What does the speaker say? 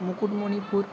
Mukutmanipur